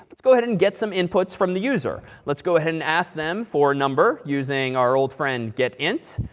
let's go ahead and get some inputs from the user. let's go ahead and ask them for a number, using our old friend, get int.